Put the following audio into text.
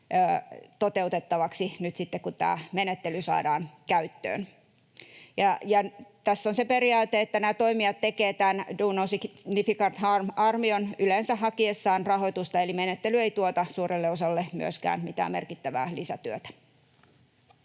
toteutettavaksi nyt sitten, kun tämä menettely saadaan käyttöön. Tässä on se periaate, että nämä toimijat tekevät tämän do no significant harm ‑arvion yleensä hakiessaan rahoitusta, eli menettely ei tuota suurelle osalle myöskään mitään merkittävää lisätyötä.